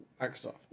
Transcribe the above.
Microsoft